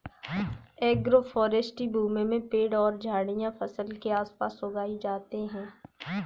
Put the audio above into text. agroforestry भूमि में पेड़ और झाड़ियाँ फसल के आस पास उगाई जाते है